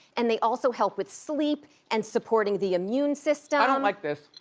and they also help with sleep and supporting the immune system. i don't like this.